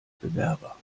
bewerber